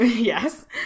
Yes